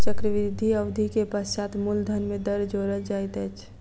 चक्रवृद्धि अवधि के पश्चात मूलधन में दर जोड़ल जाइत अछि